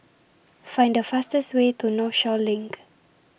Find The fastest Way to Northshore LINK